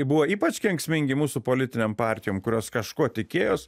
buvo ypač kenksmingi mūsų politinėm partijom kurios kažko tikėjos